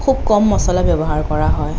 খুব কম মচলা ব্য়ৱহাৰ কৰা হয়